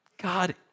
God